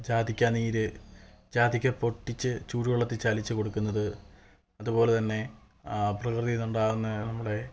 ജാതിക്കാനീര് ജാതിക്ക പൊട്ടിച്ച് ചൂടുവെള്ളത്തിൽ ചാലിച്ച് കൊടുക്കുന്നത് അതുപോലെതന്നെ പ്രകൃതിയിൽ നിന്ന് ഉണ്ടാകുന്ന നമ്മുടെ